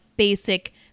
basic